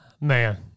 Man